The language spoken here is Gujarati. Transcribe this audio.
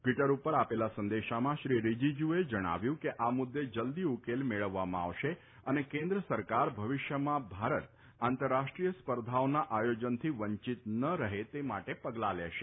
ટ્વિટર ઉપર આપેલા સંદેશામાં શ્રી રીજીજૂએ જણાવ્યું છે કે આ મુદ્દે જલદી ઉકેલ મેળવવામાં આવશે અને કેન્દ્ર સરકાર ભવિષ્યમાં ભારત આંતરરાષ્ટ્રીય સ્પર્ધાઓના આયોજનથી વંચિત ન રહે તે માટે પગલાં લેશે